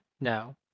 No